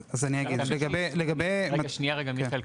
מיכאל,